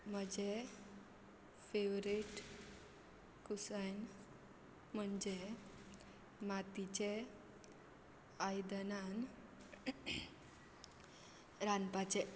म्हजें फेवरेट कुसायन म्हणजे मातीचें आयदनान रांदपाचें